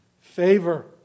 favor